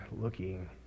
looking